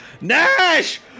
Nash